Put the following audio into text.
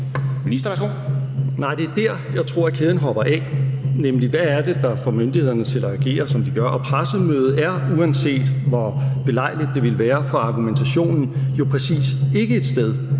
det er der, jeg tror kæden hopper af, nemlig: Hvad er det, der får myndighederne til at agere, som de gør? Og pressemødet er, uanset hvor belejligt det ville være for argumentationen, jo præcis ikke et sted,